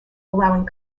allowing